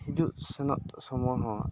ᱦᱤᱡᱩᱜ ᱥᱮᱱᱚᱜ ᱥᱚᱢᱚᱱ ᱦᱚᱸ